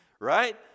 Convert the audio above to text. right